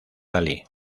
dalí